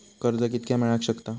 कर्ज कितक्या मेलाक शकता?